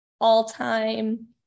all-time